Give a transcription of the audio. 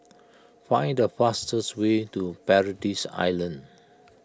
find the fastest way to Paradise Island